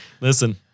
Listen